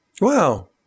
Wow